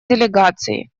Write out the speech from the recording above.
делегации